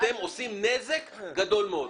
אתם עושים נזק גדול מאוד.